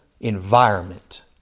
environment